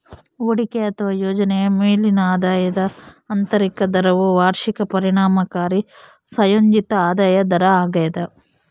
ಹೂಡಿಕೆ ಅಥವಾ ಯೋಜನೆಯ ಮೇಲಿನ ಆದಾಯದ ಆಂತರಿಕ ದರವು ವಾರ್ಷಿಕ ಪರಿಣಾಮಕಾರಿ ಸಂಯೋಜಿತ ಆದಾಯ ದರ ಆಗ್ಯದ